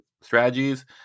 strategies